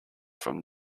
from